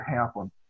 happen